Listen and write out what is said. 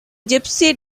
gipsy